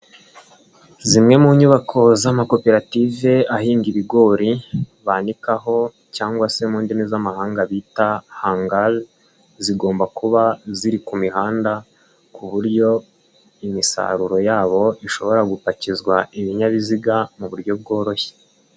Zimwe mu nyubako z'amakoperative ahinga ibigori banikaho cyangwa se mu ndimi z'amahanga bita hangali zigomba kuba ziri ku mihanda ku buryo imisaruro yabo ishobora gupakizwa ibinyabiziga mu buryo bworoshye.